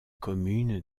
commune